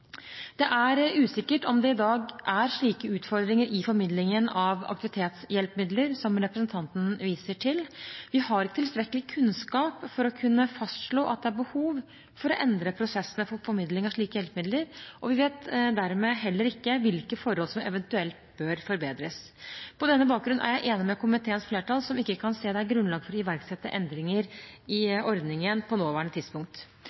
Det er usikkert om det i dag er slike utfordringer i formidlingen av aktivitetshjelpemidler som representanten viser til. Vi har ikke tilstrekkelig kunnskap til å kunne fastslå at det er behov for å endre prosessene for formidling av slike hjelpemidler, og vi vet dermed heller ikke hvilke forhold som eventuelt bør forbedres. På denne bakgrunn er jeg enig med komiteens flertall, som ikke kan se at det er grunnlag for å iverksette endringer i ordningen på nåværende tidspunkt.